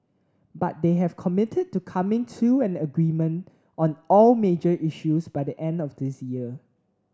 but they have committed to coming to an agreement on all major issues by the end of this year